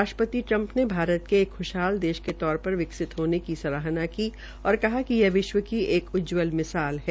राष्ट्रपति ट्रम्प ने भारत के एक ख्शहाल देश के तौर पर विकसित होने की सराहना की और कहा कि यह विश्व की एक उज्जवल मिसाल है